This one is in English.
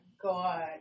god